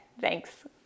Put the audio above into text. Thanks